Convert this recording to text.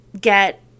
get